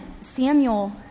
Samuel